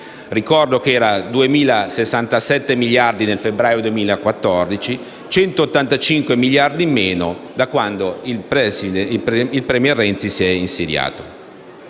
Ricordo che era 2.067 miliardi nel febbraio 2014, quindi 185 miliardi in meno da quando il *premier* Renzi si è insediato.